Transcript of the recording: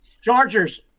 Chargers